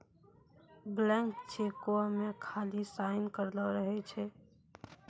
blank चेको मे खाली साइन करलो रहै छै